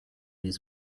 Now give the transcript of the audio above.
his